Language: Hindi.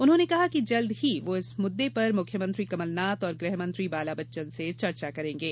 उन्होंने कहा कि जल्द ही वो इस मुददे पर मुख्यमंत्री कमलनाथ और गृहमंत्री बाला बच्चन से चर्चा करेंगे